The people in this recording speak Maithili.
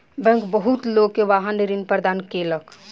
बैंक बहुत लोक के वाहन ऋण प्रदान केलक